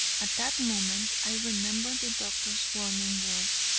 at that moment, i remembered the doctor's warning words,